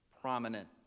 prominent